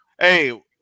Hey